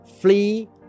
flee